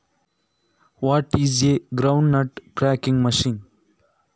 ನೆಲಗಡಲೆ ಒಡೆಯುವ ಯಂತ್ರ ಯಾವುದು?